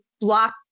block